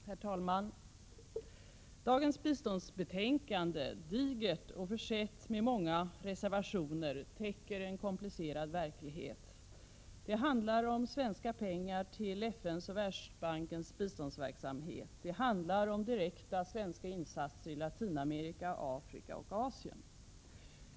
Herr talman! Dagens biståndsbetänkande, digert och försett med många reservationer, täcker en komplicerad verklighet. Det handlar om svenska pengar till FN:s och Världsbankens biståndsverksamhet, och det handlar om direkta svenska insatser i Latinamerika, Afrika och Asien.